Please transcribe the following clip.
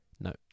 No